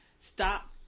stop